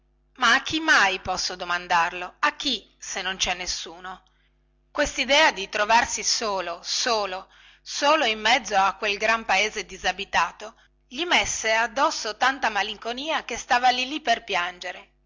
a chi mai posso domandarlo a chi se non cè nessuno questidea di trovarsi solo solo solo in mezzo a quel gran paese disabitato gli messe addosso tanta malinconia che stava lì lì per piangere